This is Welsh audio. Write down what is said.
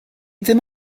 ddim